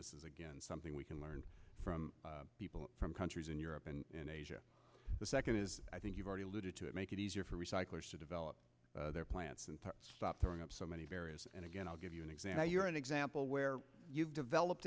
this is again something we can learn from people from countries in europe and asia the second is i think you've already alluded to it make it easier for recyclers to develop their plants and to stop throwing up so many various again i'll give you an example you're an example where you've developed